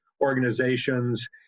organizations